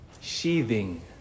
sheathing